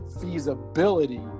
feasibility